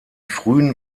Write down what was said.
frühen